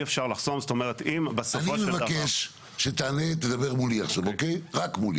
אני מבקש שתדבר מולי עכשיו, אוקיי?